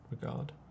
regard